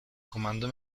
comando